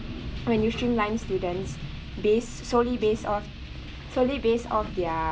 when you streamline students based solely based off solely based off their